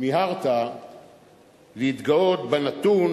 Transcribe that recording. מיהרת להתגאות בנתון,